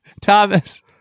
Thomas